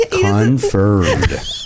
Confirmed